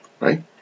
right